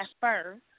first